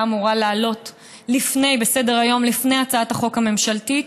אמורה לעלות בסדר-היום לפני הצעת החוק הממשלתית.